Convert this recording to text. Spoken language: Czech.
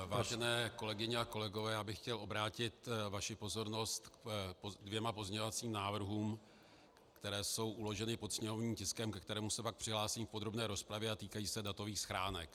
Vážené kolegyně a kolegové, chtěl bych obrátit vaši pozornost k dvěma pozměňovacím návrhům, které jsou uloženy pod sněmovním tiskem, ke kterému se pak přihlásím v podrobné rozpravě, a týkají se datových schránek.